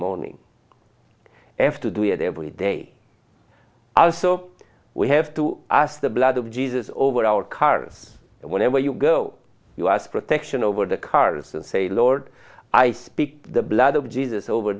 morning after do it every day also we have to ask the blood of jesus over our cars and whenever you go you ask protection over the cars and say lord i speak the blood of jesus over